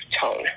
tone